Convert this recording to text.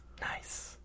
Nice